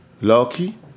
lucky